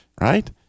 right